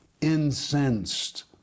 incensed